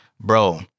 Bro